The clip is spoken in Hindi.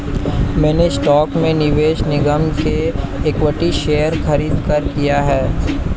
मैंने स्टॉक में निवेश निगम के इक्विटी शेयर खरीदकर किया है